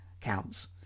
counts